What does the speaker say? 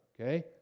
okay